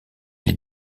les